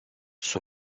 suo